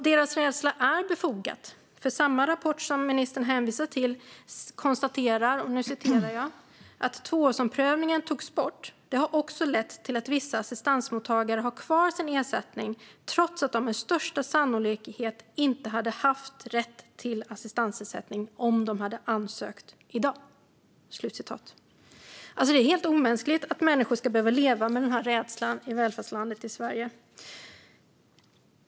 Deras rädsla är befogad, för i samma rapport som ministern hänvisar till konstateras: "Att tvåårsomprövningarna togs bort har också lett till att vissa assistansmottagare har kvar sin ersättning, trots att de med största sannolikhet inte hade haft rätt till assistansersättning om de ansökt i dag." Det är helt omänskligt. Människor ska inte behöva leva med den rädslan i välfärdslandet Sverige.